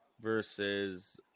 versus